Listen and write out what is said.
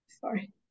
sorry